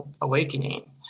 awakening